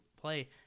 play